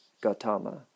Gautama